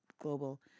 global